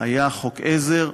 היה חוק עזר.